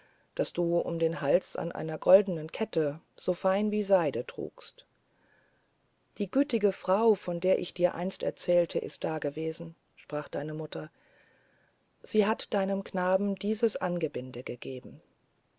das du um den hals an einer goldenen kette so fein wie seide trugst die gütige frau von welcher ich dir einst erzählte ist dagewesen sprach deine mutter sie hat deinem knaben dieses angebinde gegeben